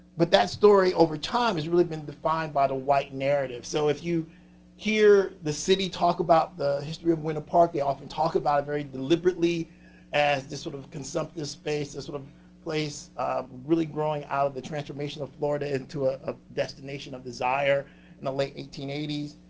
but that story over time has really been defined by the white narrative. so if you hear the city talk about the history of winter park they often talk about it very deliberately as this sort of consumptive space, the sort of place really growing out of the transformation of florida into a ah destination of desire in and the late eighteen eighty s.